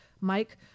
Mike